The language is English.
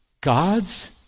God's